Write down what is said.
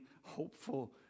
hopeful